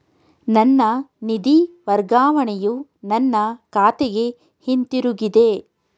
ನನ್ನ ನಿಧಿ ವರ್ಗಾವಣೆಯು ನನ್ನ ಖಾತೆಗೆ ಹಿಂತಿರುಗಿದೆ